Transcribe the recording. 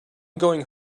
going